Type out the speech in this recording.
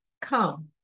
Come